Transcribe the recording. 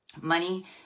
Money